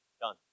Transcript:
Done